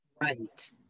Right